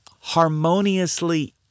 harmoniously